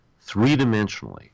three-dimensionally